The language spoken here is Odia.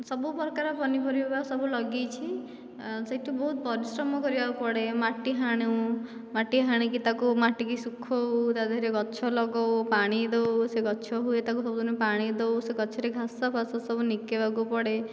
ସବୁ ପ୍ରକାର ପନିପରିବା ସବୁ ଲଗେଇଛି ସେଇଠୁ ବହୁତ ପରିଶ୍ରମ କରିବାକୁ ପଡ଼େ ମାଟି ହାଣୁ ମାଟି ହାଣିକି ତାକୁ ମାଟିକି ସୁଖାଉ ତା ଦେହରେ ଗଛ ଲଗାଉ ପାଣି ଦେଉ ସେ ଗଛ ହୁଏ ତାକୁ ସବୁଦିନେ ପାଣି ଦେଉ ସେ ଗଛରେ ଘାସ ଫାସ ସବୁ ନିକେବାକୁ ପଡ଼େ